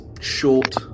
short